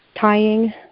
Tying